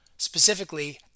specifically